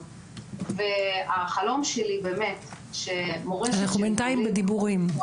והחלום שלי באמת -- אנחנו בינתיים בדיבורים,